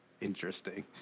interesting